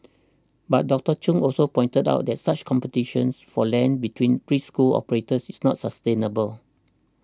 but Doctor Chung also pointed out that such competitions for land between preschool operators is not sustainable